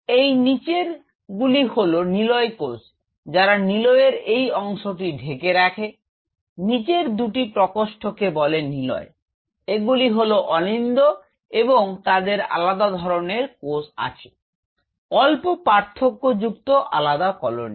এই নিচেরগুলি হল নিলয় কোষ যারা নিলয়ের এই অংশটি ঢেকে রাখে নীচের দুটি প্রকোষ্ঠকে বলে নিলয় এগুলি হল অলিন্দ এবং তাদের আলাদা ধরনের কোষ আছে অল্প পার্থক্য যুক্ত আলাদা কলোনি